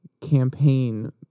campaign